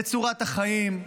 צורת החיים.